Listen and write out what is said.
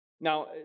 Now